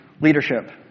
leadership